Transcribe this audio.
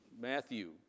Matthew